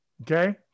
okay